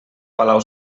palau